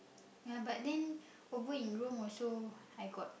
ya but then over in Rome also I got